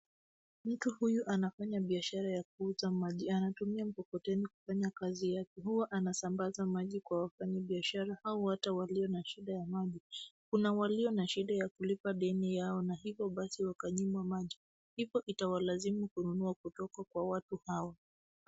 Mtu huyu anafanya biashara ya kuuza maji. Anatumia mkokoteni kufanya kazi yake. Huwa anasambaza maji kwa wafanyibiashara au hata walio na shida ya maji. Kuna walio na shida ya kulipa deni yao na hivyo basi wakanyimwa maji, ipo itawalazimu kununua kutoka kwa watu hawa.